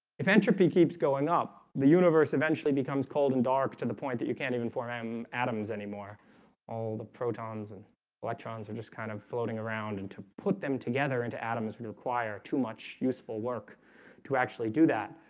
if entropy keeps going up the universe eventually becomes cold and dark to the point that you can't even form um atoms anymore all the protons and electrons are just kind of floating around and to put them together into atoms would require too much useful work to actually do that